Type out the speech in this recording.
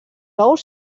ous